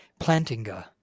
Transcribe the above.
Plantinga